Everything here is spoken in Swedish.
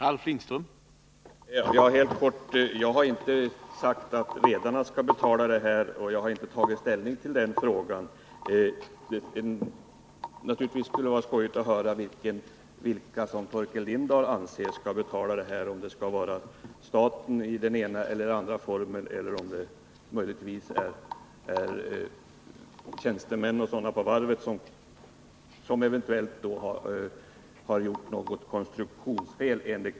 Herr talman! Jag vill fatta mig helt kort. Jag har inte sagt att redarna skall betala. Till den frågan har jag inte tagit ställning. Naturligtvis vore det intressant att höra vilka Torkel Lindahl anser skall betala — staten i den ena eller andra formen eller möjligtvis tjänstemännen och andra vid varvet som, enligt Torkel Lindahls åsikt, eventuellt har gjort något konstruktionsfel.